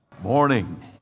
Morning